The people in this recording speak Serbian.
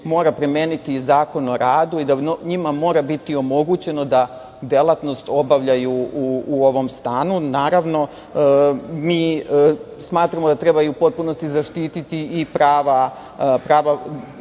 mora primeniti zakon o radu i da njima mora biti omogućeno da delatnost obavljaju u ovom stanu. Naravno, mi smatramo da treba u potpunosti zaštititi i prava